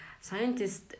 scientists